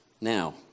Now